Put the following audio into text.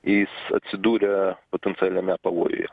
jis atsiduria potencialiame pavojuje